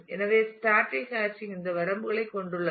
எனவே static hashing இந்த வரம்புகளைக் கொண்டுள்ளது